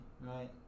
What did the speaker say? right